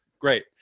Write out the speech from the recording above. Great